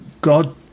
God